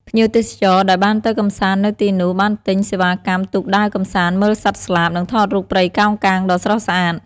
ភ្ញៀវទេសចរដែលបានទៅកម្សាន្តនៅទីនោះបានទិញសេវាកម្មទូកដើរកម្សាន្ត មើលសត្វស្លាប និងថតរូបព្រៃកោងកាងដ៏ស្រស់ស្អាត។